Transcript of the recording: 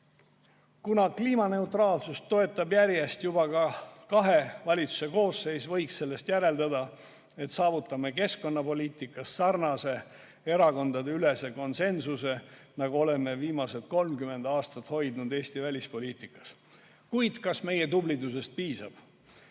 Kuna kliimaneutraalsust toetab järjest juba kahe valitsuse koosseis, võiks sellest järeldada, et saavutame keskkonnapoliitikas sarnase erakondadeülese konsensuse, nagu oleme viimased 30 aastat hoidnud Eesti välispoliitikas. Kuid kas meie tublidusest piisab?